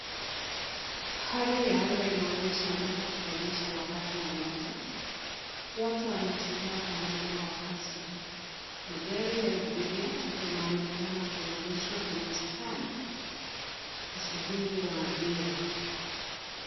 Hali ya anga inaonyesha huenda kukanyesha wakati wowote. Watu wanatembea kwa mwendo wa kasi. Magari ya abiria yanaonekana kuegeshwa kwenye stendi kusubiri waabiri.